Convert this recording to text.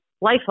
life